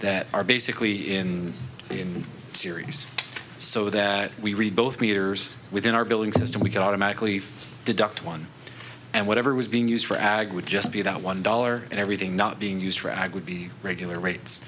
that are basically in the in series so that we read both meters within our billing system we can automatically deduct one and whatever was being used for ag would just be that one dollar and everything not being used for ag would be regular rates